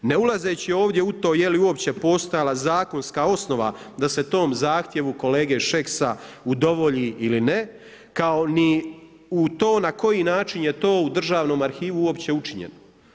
Ne ulazeći ovdje u to je li uopće postojala zakonska osnova da se tom zahtjevu kolege Šeksa udovolji ili ne kao ni to na koji način je to u Državnom arhivu uopće učinjeno.